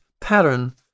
pattern